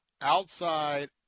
outside